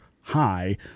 high